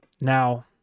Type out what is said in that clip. now –